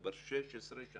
כבר 16 שנים